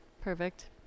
Perfect